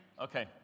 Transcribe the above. Okay